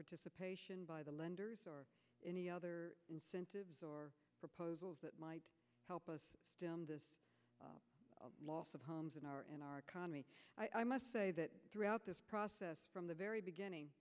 participation by the lenders or any other incentives or proposals that might help us the loss of homes in our in our economy i must say that throughout this process from the very beginning